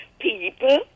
people